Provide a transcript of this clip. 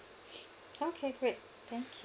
okay great thank you